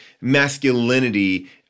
masculinity